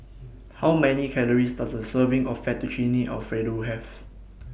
How Many Calories Does A Serving of Fettuccine Alfredo Have